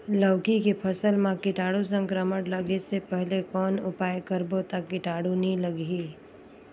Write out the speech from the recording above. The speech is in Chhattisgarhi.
लौकी के फसल मां कीटाणु संक्रमण लगे से पहले कौन उपाय करबो ता कीटाणु नी लगही?